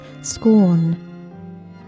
scorn